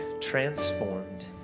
transformed